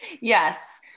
yes